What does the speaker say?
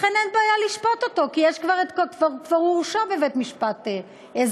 לכן אין בעיה לשפוט אותו כי הוא כבר הורשע בבית-משפט אזרחי.